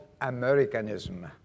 Americanism